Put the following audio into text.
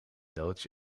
loods